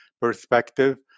perspective